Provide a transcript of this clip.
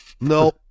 no